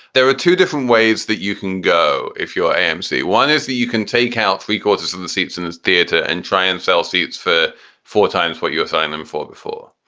there are two different ways that you can go if your amc. one is that you can take out three quarters of the seats in the theater and try and sell seats for four times what you assign them for before.